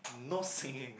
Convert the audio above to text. no singing